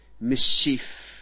mischief